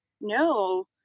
no